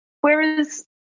Whereas